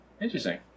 interesting